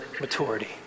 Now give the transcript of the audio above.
maturity